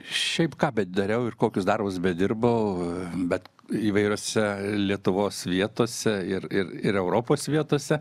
šiaip ką bedariau ir kokius darbus bedirbau bet įvairiose lietuvos vietose ir ir ir europos vietose